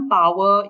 power